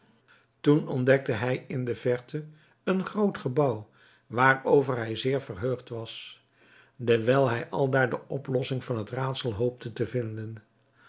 toen ontdekte hij in de verte een groot gebouw waarover hij zeer verheugd was dewijl hij aldaar de oplossing van het raadsel hoopte te vinden